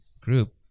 group